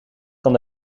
kan